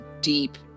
deep